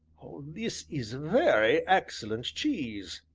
this is very excellent cheese!